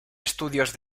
estudios